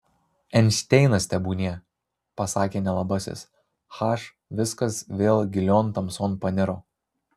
einšteinas tebūnie pasakė nelabasis h viskas vėl gilion tamson paniro